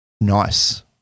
Nice